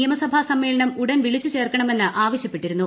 നിയമസഭ സമ്മേളനം ഉടൻ വിളിച്ചു ചേർക്കണമെന്ന് ആവശ്യപ്പെട്ടിരുന്നു